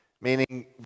meaning